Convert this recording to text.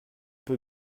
qui